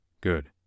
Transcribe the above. Good